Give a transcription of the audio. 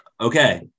Okay